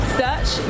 search